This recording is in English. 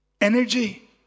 Energy